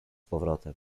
powrotem